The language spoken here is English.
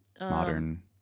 Modern